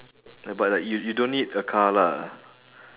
but like you you don't need a car lah